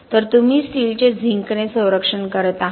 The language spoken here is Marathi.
तर तुम्ही स्टीलचे झिंकने संरक्षण करत आहात